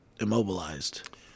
immobilized